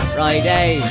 Friday